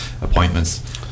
appointments